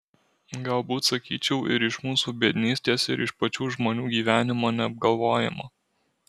galbūt sakyčiau ir iš mūsų biednystės ir iš pačių žmonių gyvenimo neapgalvojimo